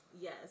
Yes